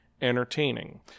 entertaining